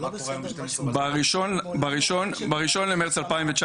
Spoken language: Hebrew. בראשון במרץ 2019,